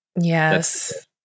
Yes